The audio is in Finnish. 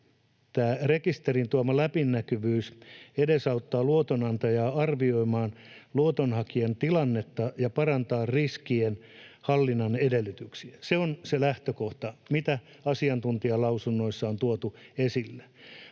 tämän ”rekisterin tuoma läpinäkyvyys edesauttaa luotonantajaa arvioimaan luotonhakijan tilannetta ja parantaa riskien hallinnan edellytyksiä” — se on se lähtökohta, mitä asiantuntijalausunnoissa on tuotu esille